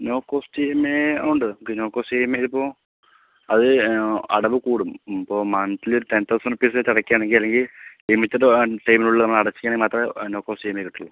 no cost E M I ഉണ്ട് നമുക്ക് no cost E M A ഇപ്പോൾ അത് അടവ് കൂടും ഇപ്പോൾ മന്ത്ലി ഒരു ടെൻ തൗസൻഡ് റുപ്പീസ് വെച്ച് അടക്കുകയാണെങ്കിൽ അല്ലെണ്ടിൽ ലിമിറ്റഡുമാണ് ആ ടൈമിനുള്ളിൽ അടച്ചെങ്കിൽ മാത്രമേ no cost E M I കിട്ടുകയുള്ളൂ